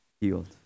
healed